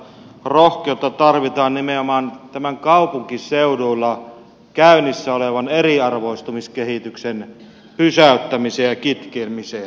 rohkeutta tarvitaan nimenomaan tämän kaupunkiseuduilla käynnissä olevan eriarvoistumiskehityksen pysäyttämiseen ja kitkemiseen